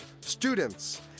Students